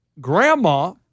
grandma